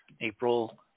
April